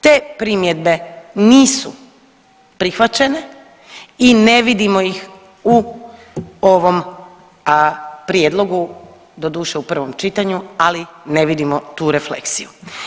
Te primjedbe nisu prihvaćene i ne vidimo ih u ovom prijedlogu, doduše u prvom čitanju ali ne vidimo tu refleksiju.